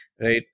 right